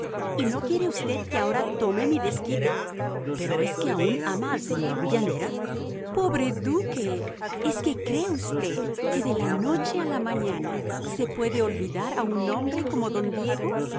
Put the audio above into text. y no quiere usted que ahora tome mi desquite pero es que aun ama al señor de villanera pobre duque es que cree usted que de la noche a la mañana se puede olvidar a un hombre como don diego